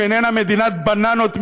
שאיננה מדינת בננות,